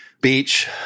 beach